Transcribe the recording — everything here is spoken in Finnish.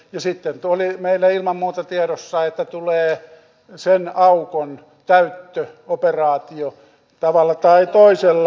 sitten tuo oli meillä ilman muuta tiedossa että tulee sen aukon täyttöoperaatio tavalla tai toisella